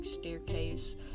staircase